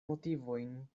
motivojn